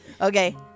Okay